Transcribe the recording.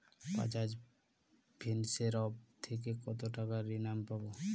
Bajaj Finserv থেকে কতো টাকা ঋণ আমি পাবো?